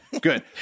good